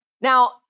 Now